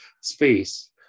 space